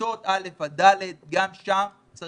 כיתוב א'-ד' גם שם צריך